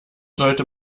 sollte